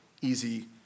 easy